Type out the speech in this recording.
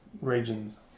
regions